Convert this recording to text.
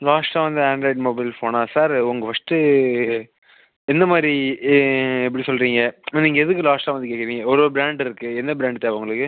லாஸ்ட்டாக வந்த android mobile ஃபோனா சார் உங்கள் ஃபர்ஸ்ட்டு எந்த மாதிரி எப்படி சொல்கிறீங்க நீங்கள் எதுக்கு லாஸ்ட்டாக வந்து கேக்கிறீங்க ஒரு ஒரு ப்ராண்டு இருக்குது எந்த ப்ராண்டு தேவை உங்களுக்கு